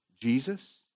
Jesus